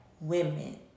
women